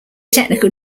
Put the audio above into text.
technical